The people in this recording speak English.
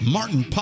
Martin